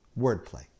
wordplay